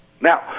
Now